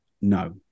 no